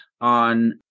on